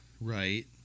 right